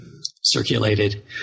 circulated